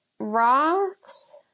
Roths